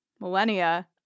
millennia